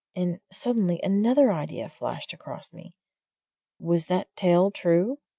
and, suddenly, another idea flashed across me was that tale true,